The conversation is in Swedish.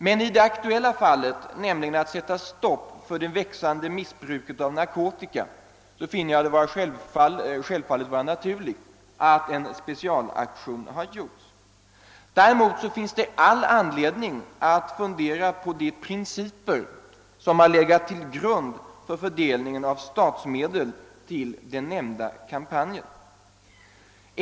Men i det aktuella fallet, då det gäller att sätta stopp för det växande missbruket av narkotika, finner jag det helt naturligt att en specialaktion företagits. Däremot finns det all anledning att fundera över de principer som legat till grund för fördelningen av statsmedel till den nämnda kampanjen.